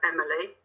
Emily